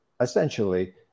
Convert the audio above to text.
essentially